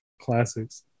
classics